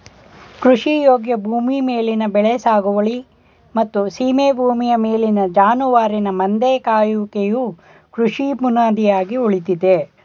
ಕೃಷಿಯೋಗ್ಯ ಭೂಮಿ ಮೇಲಿನ ಬೆಳೆ ಸಾಗುವಳಿ ಮತ್ತು ಸೀಮೆ ಭೂಮಿಯ ಮೇಲಿನ ಜಾನುವಾರಿನ ಮಂದೆ ಕಾಯುವಿಕೆಯು ಕೃಷಿ ಬುನಾದಿಯಾಗಿ ಉಳಿದಿದೆ